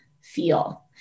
feel